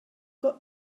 got